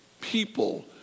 people